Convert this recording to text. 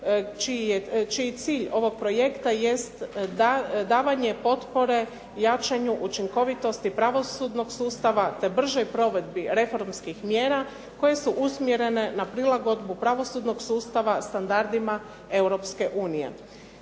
čiji cilj ovog projekt jest davanje potpore jačanju učinkovitosti pravosudnog sustava, te bržoj provedbi reformskih mjera koje su usmjerene na prilagodbu pravosudnog sustava standardima